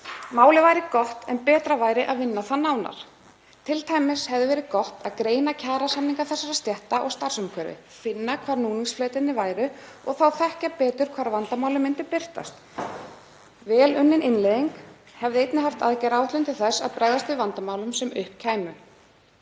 Málið væri gott en betra væri að vinna það nánar, t.d. hefði verið gott að greina kjarasamninga þessara stétta og starfsumhverfi, finna hvar núningsfletirnir væru og þekkja þá betur hvar vandamálin myndu birtast. Vel unnin innleiðing hefði einnig haft aðgerðaáætlun til þess að bregðast við vandamálum sem upp kæmu.